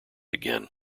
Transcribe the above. again